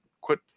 quit